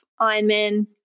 Ironman